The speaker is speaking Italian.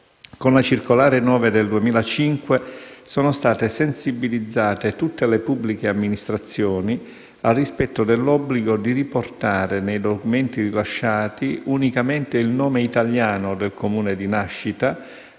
con la circolare n. 9 del 2005 sono state sensibilizzate tutte le pubbliche amministrazioni al rispetto dell'obbligo di riportare nei documenti rilasciati unicamente il nome italiano del Comune di nascita